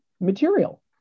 material